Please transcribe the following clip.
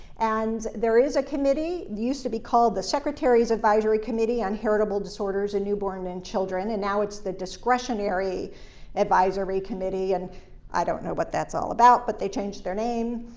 and there is a committee. it used to be called the secretary's advisory committee on heritable disorders in newborns and children, and now it's the discretionary advisory committee, and i don't know what that's all about, but they changed their name,